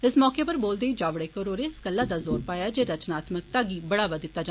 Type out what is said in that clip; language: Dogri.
इस मौके उप्पर बोलदे होई जावेडकर होरें इस गल्ला दा जोर पाया जे रचनात्मक्ता गी बढ़ावा दिता जा